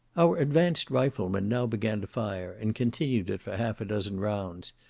our advanced riflemen now began to fire, and continued it for half a dozen rounds,